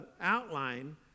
outline